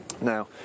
Now